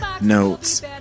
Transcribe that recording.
notes